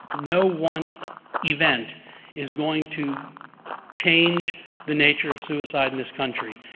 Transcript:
no one event is going to change the nature of suicide in this country.